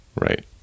Right